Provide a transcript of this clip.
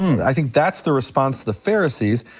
i think that's the response to the pharisees,